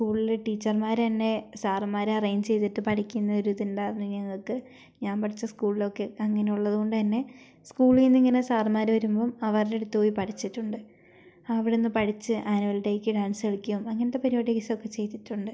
സ്കൂളിലെ ടീച്ചറുമാരുതന്നെ സാറുമ്മാരെ അറേഞ്ച് ചെയ്തിട്ട് പഠിക്കുന്നയൊരു ഇതൊണ്ടാരുന്നു ഞങ്ങൾക്ക് ഞാൻ പഠിച്ച സ്കൂളിലൊക്കെ അങ്ങനെയുള്ളതുകൊണ്ടു തന്നെ സ്കൂളീന്നിങ്ങനെ സാറുമാര് വരുമ്പോൾ അവരുടെ അടുത്തുപോയി പഠിച്ചിട്ടുണ്ട് അവിടുന്ന് പഠിച്ച് ആനുവൽ ഡേയ്ക്ക് ഡാൻസ് കളിക്കും അങ്ങനത്തെ പരുപാടീസൊക്കെ ചെയ്തിട്ടുണ്ട്